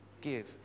give